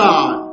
God